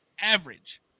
average